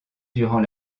durant